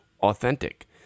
authentic